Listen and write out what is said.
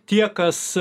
tie kas